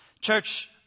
Church